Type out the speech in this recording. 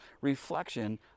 reflection